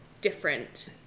different